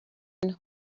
and